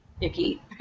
icky